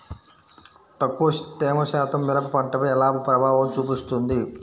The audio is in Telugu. తక్కువ తేమ శాతం మిరప పంటపై ఎలా ప్రభావం చూపిస్తుంది?